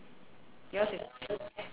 yours is